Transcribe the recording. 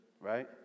right